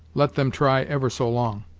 let them try ever so long.